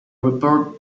report